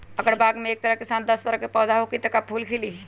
अगर बाग मे एक साथ दस तरह के पौधा होखि त का फुल खिली?